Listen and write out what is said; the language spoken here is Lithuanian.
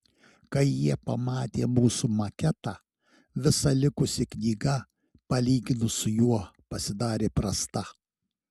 kai jie pamatė mūsų maketą visa likusi knyga palyginus su juo pasidarė prasta